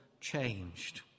changed